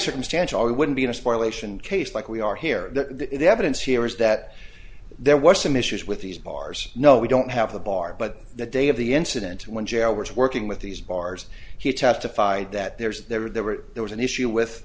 circumstantial we wouldn't be in a spiral ation case like we are here the evidence here is that there was some issues with these bars no we don't have the bar but the day of the incident when jr was working with these bars he testified that there was there were there were there was an issue with